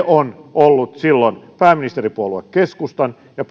on ollut silloin pääministeripuolue keskustan ja